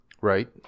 Right